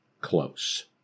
close